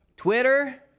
Twitter